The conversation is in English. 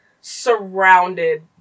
surrounded